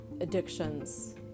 addictions